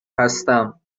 هستم